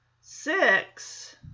six